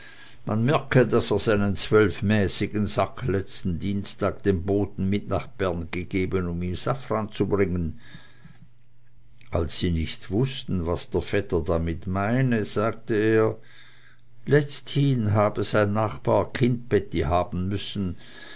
man merke daß er seinen zwölfmäßigen sack letzten dienstag dem boten mit nach bern gegeben um ihm safran zu bringen als sie nicht wußten was der vetter damit meine sagte er letzthin habe sein nachbar kindbetti haben müssen